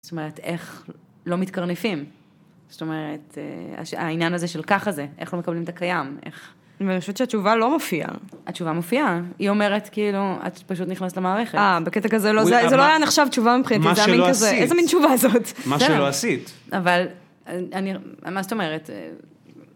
זאת אומרת, איך לא מתקרנפים? זאת אומרת, העניין הזה של ככה זה, איך לא מקבלים את הקיים? אני חושבת שהתשובה לא מופיעה. התשובה מופיעה. היא אומרת, כאילו, את פשוט נכנסת למערכת. אה, בקטע כזה לא... זה לא היה נחשב תשובה מבחינתי, זה היה מין כזה... איזה מין תשובה זאת? מה שלא עשית. אבל, אני... מה זאת אומרת?